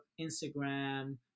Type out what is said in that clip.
Instagram